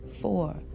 four